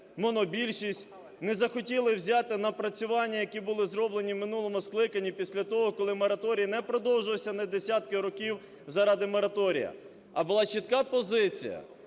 монобільшість, не захотіли взяти напрацювання, які були зроблені у минулому скликанні після того, коли мораторій не продовжився на десятки років заради мораторію. А була чітка позиція: